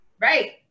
Right